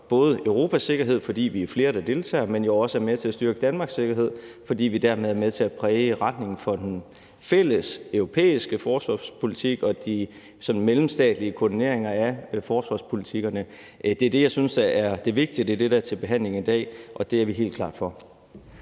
Europas sikkerhed, fordi vi er flere, der deltager, men som jo også er med til at styrke Danmarks sikkerhed, fordi vi dermed er med til at præge retningen for den fælles europæiske forsvarspolitik og de mellemstatslige koordineringer af forsvarspolitikkerne. Det er det, jeg synes er det vigtige, og det er det, der er til behandling i dag, og det er vi helt klart for.